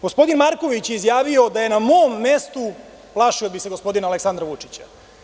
Gospodin Marković je izjavio da je na mom mestu, plašio bi se gospodina Aleksandra Vučića.